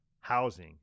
housing